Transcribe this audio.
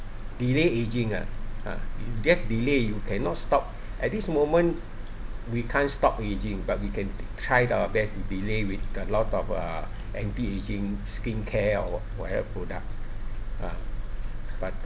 delay aging ah ah get delay you cannot stop at this moment we can't stop aging but we can try our best to delay with a lot of uh anti ageing skincare or whatever product ah but